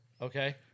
Okay